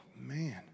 man